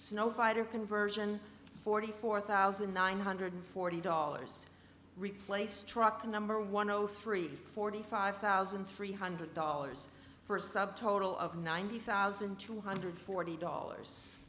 snow fighter conversion forty four thousand nine hundred forty dollars replace truck number one zero three forty five thousand three hundred dollars first sub total of ninety thousand two hundred forty dollars